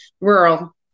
rural